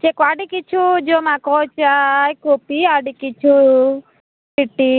ᱪᱮᱫ ᱠᱚ ᱟᱹᱰᱤ ᱠᱤᱪᱷᱩ ᱡᱚᱢᱟᱜ ᱠᱚ ᱪᱟᱭ ᱠᱚᱯᱷᱤ ᱟᱹᱰᱤ ᱠᱤᱪᱷᱩ ᱞᱤᱴᱤ